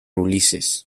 ulises